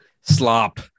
Slop